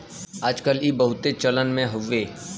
आज कल ई बहुते चलन मे हउवे